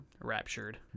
raptured